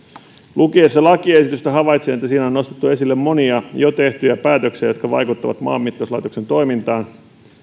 lukiessani lakiesitystä havaitsin että siinä on nostettu esille monia jo tehtyjä päätöksiä jotka vaikuttavat maanmittauslaitoksen toimintaan